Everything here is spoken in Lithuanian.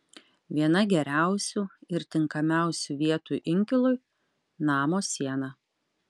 viena geriausių ir tinkamiausių vietų inkilui namo siena